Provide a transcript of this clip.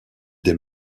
des